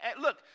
Look